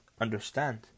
understand